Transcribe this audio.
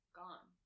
gone